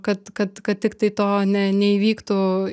kad kad kad tiktai to ne neįvyktų